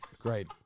Great